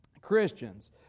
Christians